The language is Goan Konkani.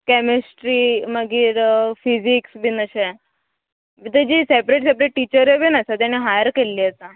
कॅमिस्ट्री मागीर फिजिक्स बीन अशें तेजी सेपरेट सेपरेट टिचरय बीन आसा तेणी हायर केल्ली आसा